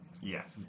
Yes